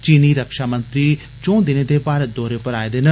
चीनी रक्षामंत्री चौं दिनें दे भारत दौरे पर आए दे न